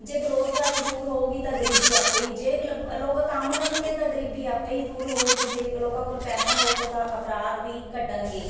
ਜੇ ਬੇਰੁਜ਼ਗਾਰੀ ਦੂਰ ਹੋਵੇਗੀ ਤਾਂ ਗਰੀਬੀ ਆਪੇ ਹੀ ਜੇ ਬ ਲਬ ਲੋਕ ਕੰਮ ਕਰਨਗੇ ਤਾਂ ਗਰੀਬੀ ਆਪੇ ਹੀ ਦੂਰ ਹੋਵੇਗੀ ਜੇ ਲੋਕਾਂ ਕੋਲ ਪੈਸਾ ਹੋਵੇਗਾ ਤਾਂ ਅਪਰਾਧ ਵੀ ਘਟਣਗੇ